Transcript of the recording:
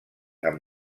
amb